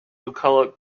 bucolic